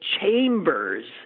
chambers